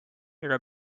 ega